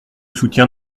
soutiens